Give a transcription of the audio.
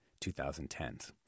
2010s